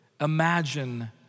imagine